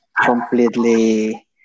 completely